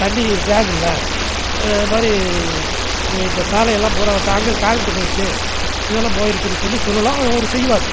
தண்ணி டேங்க் இல்லை இதை மாதிரி இந்த சாலை எல்லாம் பூராக காங்கிரேட் காங்கிரேட் போயிடுச்சி இதெல்லாம் போயிடுச்சினு சொல்லி சொல்லலாம் அவரு செய்வாரு